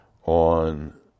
on